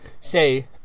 say